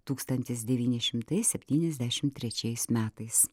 tūkstantis devyni šimtai septyniasdešim trečiais metais